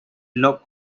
look